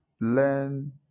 Learn